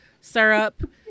syrup